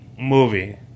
movie